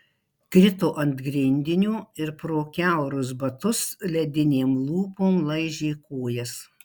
krito ant grindinio ir pro kiaurus batus ledinėm lūpom laižė kojas